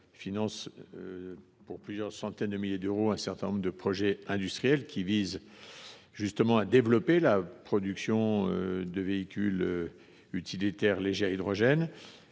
finance, pour plusieurs centaines de milliers d’euros, un certain nombre de projets industriels visant justement à développer la production de véhicules utilitaires légers à hydrogène.